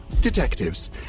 detectives